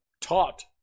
taught